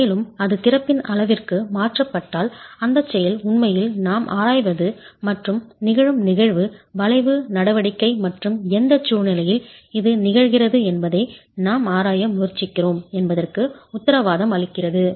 மேலும் அது திறப்பின் அளவிற்கு மாற்றப்பட்டால் அந்த செயல் உண்மையில் நாம் ஆராய்வது மற்றும் நிகழும் நிகழ்வு வளைவு நடவடிக்கை மற்றும் எந்த சூழ்நிலையில் இது நிகழ்கிறது என்பதை நாம் ஆராய முயற்சிக்கிறோம் என்பதற்கு உத்தரவாதம் அளிக்கிறது